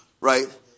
right